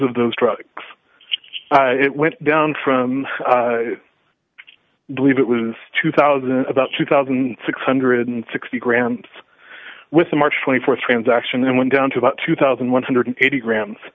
of those trucks it went down from believe it was two thousand and about two thousand six hundred and sixty grand with a march th transaction then went down to about two thousand one hundred and eighty grams